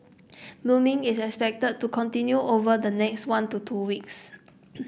blooming is expected to continue over the next one to two weeks